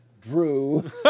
Drew